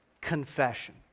confession